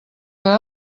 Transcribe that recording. que